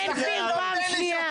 בן גביר פעם שנייה.